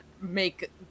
make